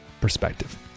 perspective